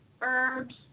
herbs